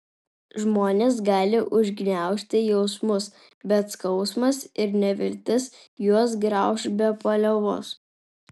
žmonės gali užgniaužti jausmus bet skausmas ir neviltis juos grauš be paliovos